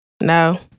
No